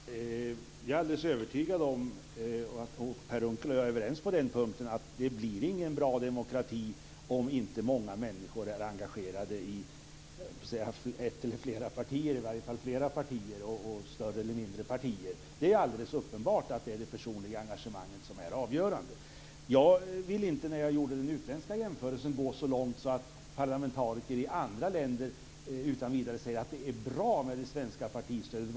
Fru talman! Jag är alldeles övertygad om att Per Unckel och jag är överens på den punkten, att det inte blir någon bra demokrati om inte många människor är engagerade i flera större eller mindre partier. Det är alldeles uppenbart att det är det personliga engagemanget som är avgörande. När jag gjorde den utländska jämförelsen ville jag inte gå så långt som att säga att parlamentariker i andra länder utan vidare tycker att det bra med det svenska partistödet.